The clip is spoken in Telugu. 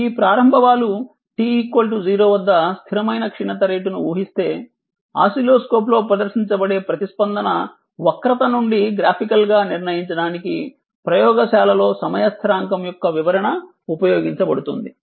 ఈ ప్రారంభ వాలు t 0 వద్ద స్థిరమైన క్షీణత రేటును ఊహిస్తే ఆసిలోస్కోప్ లో ప్రదర్శించబడే ప్రతిస్పందన వక్రత నుండి గ్రాఫికల్గా నిర్ణయించడానికి ప్రయోగశాలలో సమయ స్థిరాంకం యొక్క వివరణ ఉపయోగించబడుతుంది